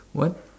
what